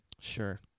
Sure